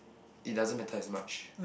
it doesn't matter as much